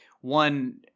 one